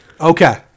Okay